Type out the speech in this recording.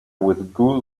withdrew